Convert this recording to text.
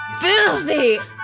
Filthy